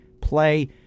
play